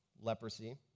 leprosy